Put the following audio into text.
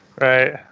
right